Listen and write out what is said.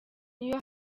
n’iyo